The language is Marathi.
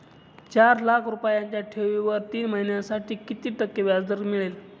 चार लाख रुपयांच्या ठेवीवर तीन महिन्यांसाठी किती टक्के व्याजदर मिळेल?